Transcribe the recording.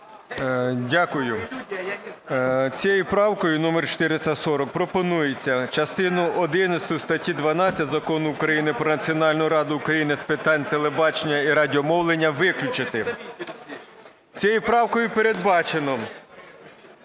Дякую. Цією правкою, номер 440, пропонується частину одинадцяту статті 12 Закону України "Про Національну раду України з питань телебачення і радіомовлення" виключити. Цією правкою передбачено